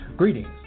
Greetings